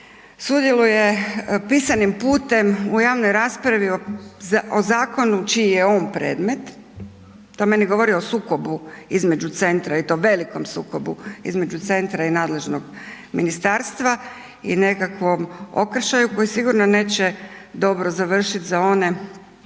sudjeluje pisanim putem u javnoj raspravi o zakonu čiji je on predmet. To meni govori o sukobu između centra i to velikom sukobu između centra i nadležnog ministarstva i nekakvom okršaju koji sigurno neće dobro završiti za one prema